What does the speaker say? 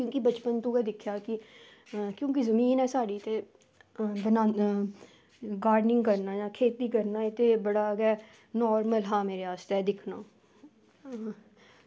क्योंकि बचपन दा गै दिक्खेआ की क्योंकि जमीन ऐ साढ़ी ते गार्डनिंग करने ते खेती करना बड़ा गै लहलहानै आस्तै दिक्खना